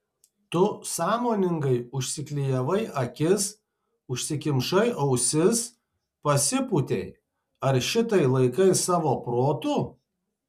tu sąmoningai užsiklijavai akis užsikimšai ausis pasipūtei ar šitai laikai savo protu